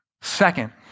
Second